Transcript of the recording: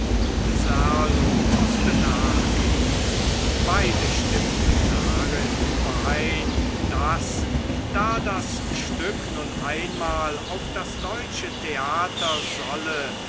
serlo mußte nachgeben und beide stimmten darin überein daß da das stück nun einmal auf das deutsche theater solle